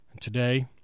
Today